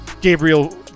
Gabriel